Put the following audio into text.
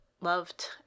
Loved